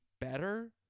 better